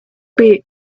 beak